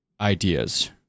ideas